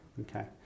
Okay